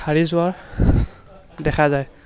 সাৰি যোৱাৰ দেখা যায়